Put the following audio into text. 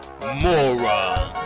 moron